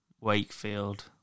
Wakefield